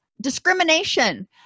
discrimination